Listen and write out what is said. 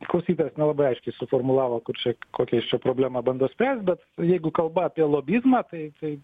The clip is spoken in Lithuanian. klausytojas nelabai aiškiai suformulavo kur čia kokią jis čia problemą bando spręst bet jeigu kalba apie lobizmą tai tai